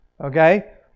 Okay